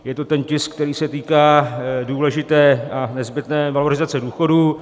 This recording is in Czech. Je to ten tisk, který se týká důležité a nezbytné valorizace důchodů.